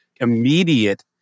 immediate